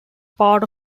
part